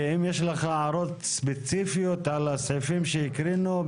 ואם יש לך הערות ספציפיות על הסעיפים שהקראנו,